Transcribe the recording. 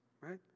right